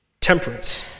temperance